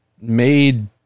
made